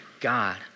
God